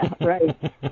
right